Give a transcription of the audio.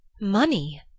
Money